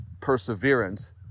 perseverance